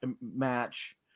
match